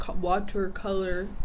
Watercolor